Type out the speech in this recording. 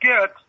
get